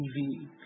TV